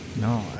No